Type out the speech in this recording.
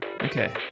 Okay